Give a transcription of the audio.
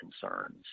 concerns